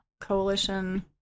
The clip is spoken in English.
Coalition